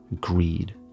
greed